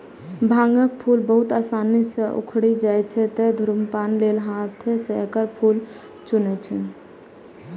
भांगक फूल बहुत आसानी सं उखड़ि जाइ छै, तें धुम्रपान लेल हाथें सं एकर फूल चुनै छै